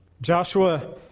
Joshua